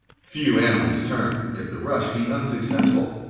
few animals turn, if the rush be unsuccessful.